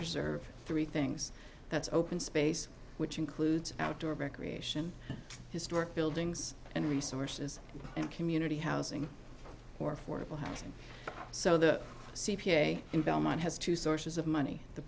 preserve three things that's open space which includes outdoor recreation historic buildings and resources and community housing or affordable housing so the c p a in belmont has two sources of money the